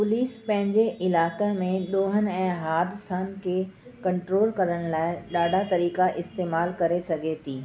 police पंहिंजे इलाइक़े में ॾोहनि ऐं हादिसनि खे कंट्रोल करण लाइ ॾाढा तरीक़ा इस्तेमालु करे सघे थी